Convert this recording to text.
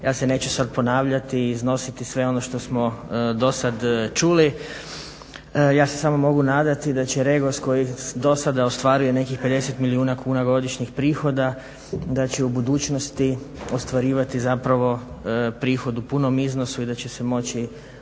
ja se neću sad ponavljati i iznositi sve ono što smo do sad čuli. Ja se samo mogu nadati da će REGOS koji do sada ostvaruje nekih 50 milijuna kuna godišnjih prihoda da će i u budućnosti ostvarivati zapravo prihod u punom iznosu i da će se moći